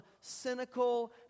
cynical